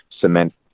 cement